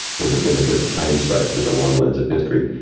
with the benefit of hindsight for the long lens of history,